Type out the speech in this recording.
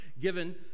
given